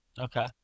Okay